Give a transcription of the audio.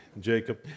Jacob